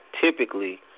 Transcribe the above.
typically